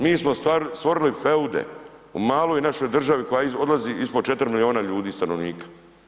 Mi smo stvorili feude u maloj našoj državi koja odlazi ispod 4 milijuna ljudi stanovnika.